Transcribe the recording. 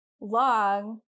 long